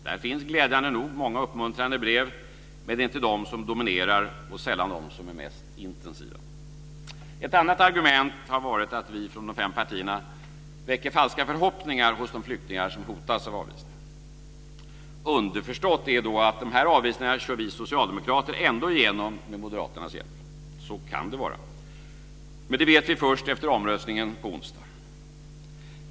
Där finns glädjande nog många uppmuntrande brev, men det är inte de som dominerar och sällan de som är mest intensiva. Ett annat argument har varit att vi från de fem partierna väcker falska förhoppningar hos de flyktingar som hotas av avvisning. Underförstått är då att de här avvisningarna kör vi socialdemokrater ändå igenom med Moderaternas hjälp. Så kan det vara, men det vet vi först efter omröstningen på onsdag.